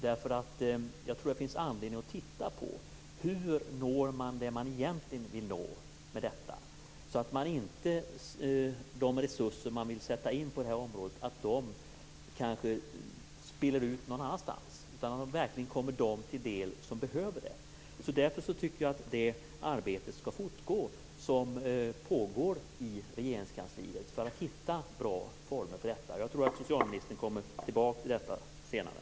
Jag tror att det finns anledning att titta på hur man når det man egentligen vill nå med detta, så att de resurser man sätter in på det här området inte spiller ut någon annanstans utan verkligen kommer dem till del som behöver det. Därför tycker jag att det arbete som pågår i Regeringskansliet för att hitta bra former för detta skall fortgå. Jag tror att socialministern kommer tillbaka till det senare.